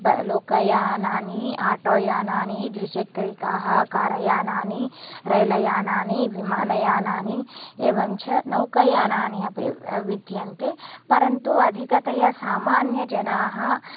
ब् लोकयानानि आटोयानानि द्विचक्रिकाः कारयानानि रेलयानानि विमानयानानि एवञ्च नौकायानानि अपि विद्यन्ते परन्तु अधिकतया सामान्यजनाः